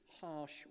harsh